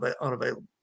unavailable